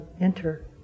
enter